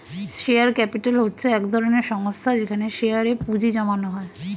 share capital হচ্ছে এক ধরনের সংস্থা যেখানে শেয়ারে এ পুঁজি জমানো হয়